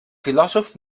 filòsof